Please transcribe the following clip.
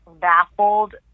baffled